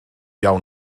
iawn